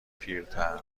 پیرتر